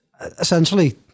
essentially